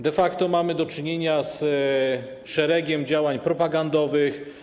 De facto mamy do czynienia z szeregiem działań propagandowych.